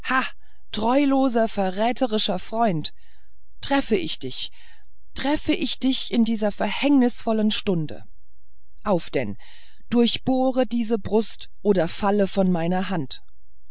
treuloser verräterischer freund treffe ich dich treffe ich dich in der verhängnisvollen stunde auf denn durchbohre diese brust oder falle von meiner hand